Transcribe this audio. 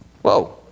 Whoa